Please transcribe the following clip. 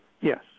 yes